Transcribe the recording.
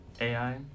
AI